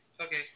okay